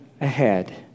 ahead